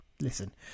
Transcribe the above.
Listen